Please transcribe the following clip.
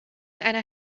einer